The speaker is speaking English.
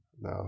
No